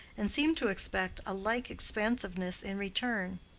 and seemed to expect a like expansiveness in return.